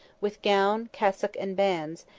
with gown, cassock, and bands,